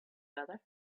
better